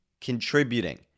contributing